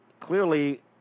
clearly